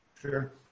Sure